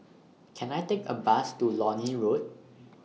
Can I Take A Bus to Lornie Road